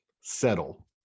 settle